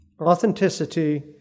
Authenticity